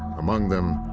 among them,